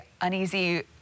uneasy